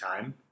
time